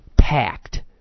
packed